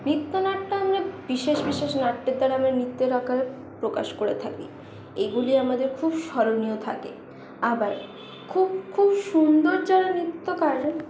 নৃত্যনাট্য আমরা বিশেষ বিশেষ নাট্যের দ্বারা আমরা নৃত্যের আকারে প্রকাশ করে থাকি এইগুলি আমাদের খুব স্মরণীয় থাকে আবার খুব খুব সুন্দর যারা নৃত্য করে